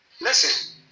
listen